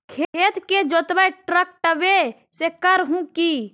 खेत के जोतबा ट्रकटर्बे से कर हू की?